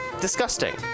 disgusting